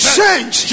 change